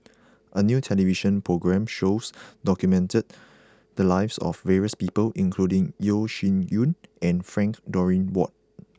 a new television program shows documented the lives of various people including Yeo Shih Yun and Frank Dorrington Ward